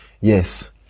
yes